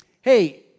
hey